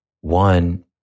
one